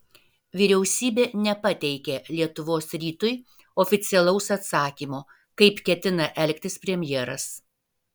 vyriausybė nepateikė lietuvos rytui oficialaus atsakymo kaip ketina elgtis premjeras